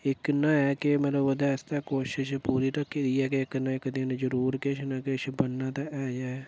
इक्क में केह् मतलब ओह्दे आस्तै क्वेशन प्वाइंट ऐ पढ़ाई दे कन्नै जरूर किश ना किश बनना ते ऐ गै ऐ